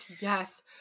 yes